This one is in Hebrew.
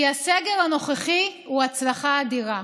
כי הסגר הנוכחי הוא הצלחה אדירה.